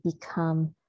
become